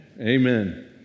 Amen